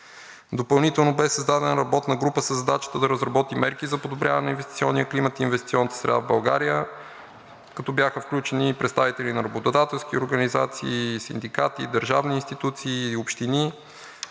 Допълнително бе създадена работна група със задачата да разработи мерки за подобряване на инвестиционния климат и инвестиционната среда в България, като бяха включени представители на работодателски организации, синдикати, държавни институции, общини.